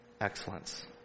excellence